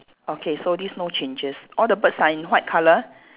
okay so this no changes all the birds are in white colour